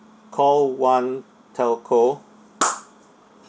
call one telco